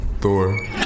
Thor